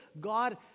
God